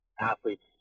athletes